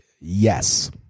Yes